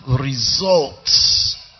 results